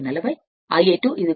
62 1 n2 1 0